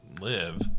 live